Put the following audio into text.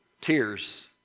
tears